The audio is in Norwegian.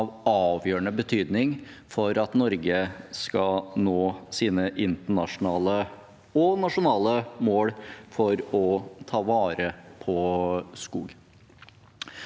av avgjørende betydning for at Norge skal nå sine internasjonale og nasjonale mål om å ta vare på skog.